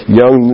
young